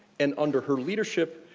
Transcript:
and under her leadership,